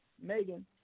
Megan